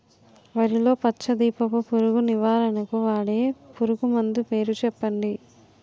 వరిలో పచ్చ దీపపు పురుగు నివారణకు వాడే పురుగుమందు పేరు చెప్పండి?